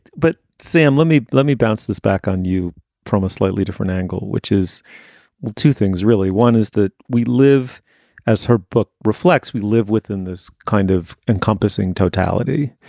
but sam, let me let me bounce this back on you from a slightly different angle, which is two things, really. one is that we live as her book reflects, we live within this kind of encompassing totality.